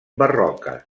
barroques